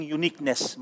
uniqueness